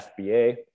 FBA